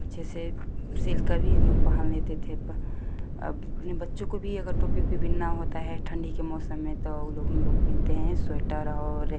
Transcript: अच्छे से सील कर भी हम लोग पहन लेते थे अब अपने बच्चों को भी अगर टोपी ओपी बुनना होता है ठंडी के मौसम में तो उ लोग हम लोग बुनते हैं स्वेटर और